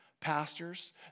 Pastors